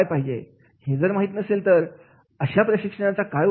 हे जर माहीत नसेल तर अशा प्रशिक्षणाचा काय उपयोग